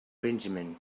benjamin